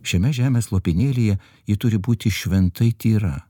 šiame žemės lopinėlyje ji turi būti šventai tyra